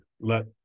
let